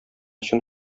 чын